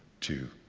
two,